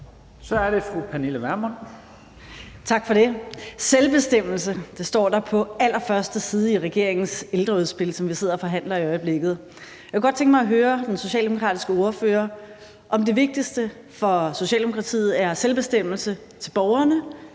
Kl. 11:50 Pernille Vermund (LA): Tak for det. »Selvbestemmelse«, står der på allerførste side i regeringens ældreudspil, som vi sidder og forhandler i øjeblikket. Jeg kunne godt tænke mig at høre den socialdemokratiske ordfører, om det vigtigste for Socialdemokratiet er selvbestemmelse til borgerne